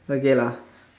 okay lah